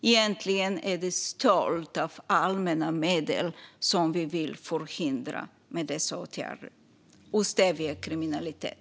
Med dessa åtgärder vill vi förhindra stöld av allmänna medel och stävja kriminalitet.